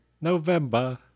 November